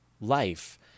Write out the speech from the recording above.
life